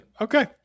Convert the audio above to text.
okay